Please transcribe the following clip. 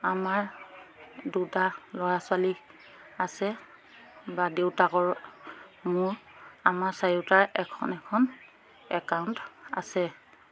আমাৰ দুটা ল'ৰা ছোৱালী আছে বা দেউতাক মোৰ আমাৰ চাৰিওতাৰ এখন এখন একাউণ্ট আছে